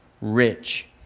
rich